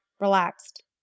relaxed